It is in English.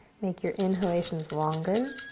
make your inhalations longer,